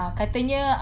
katanya